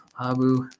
Abu